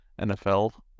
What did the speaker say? NFL